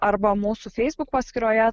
arba mūsų facebook paskyroje